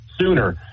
sooner